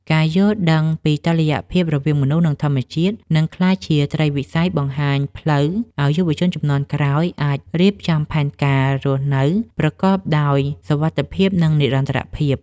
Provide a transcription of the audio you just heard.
ការយល់ដឹងពីតុល្យភាពរវាងមនុស្ស និងធម្មជាតិ នឹងក្លាយជាត្រីវិស័យបង្ហាញផ្លូវឱ្យយុវជនជំនាន់ក្រោយអាចរៀបចំផែនការរស់នៅប្រកបដោយសុវត្ថិភាព និងនិរន្តរភាព។